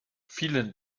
vielen